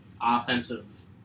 offensive